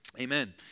Amen